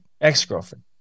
ex-girlfriend